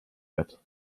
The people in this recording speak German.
bett